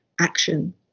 action